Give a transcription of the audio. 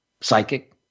psychic